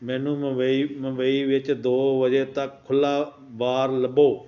ਮੈਨੂੰ ਮੁੰਬਈ ਮੁੰਬਈ ਵਿੱਚ ਦੋ ਵਜੇ ਤੱਕ ਖੁੱਲ੍ਹਾ ਬਾਰ ਲੱਭੋ